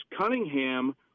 Cunningham